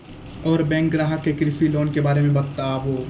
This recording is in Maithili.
और बैंक ग्राहक के कृषि लोन के बारे मे बातेबे?